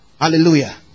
Hallelujah